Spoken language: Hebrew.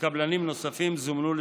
וקבלנים נוספים זומנו לשימוע.